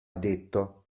detto